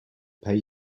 pay